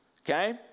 okay